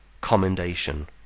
commendation